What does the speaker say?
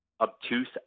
obtuse